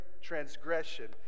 transgression